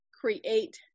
create